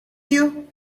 you